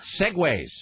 segways